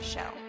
Show